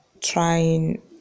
trying